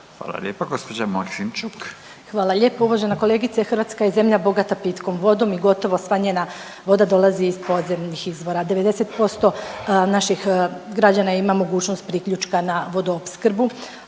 **Maksimčuk, Ljubica (HDZ)** Hvala lijepo. Uvažena kolegice Hrvatska je zemlja bogata pitkom vodom i gotovo sva njena voda dolazi iz podzemnih izvora. 90% naših građana ima mogućnost priključka na vodoopskrbu.